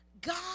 God